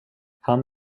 han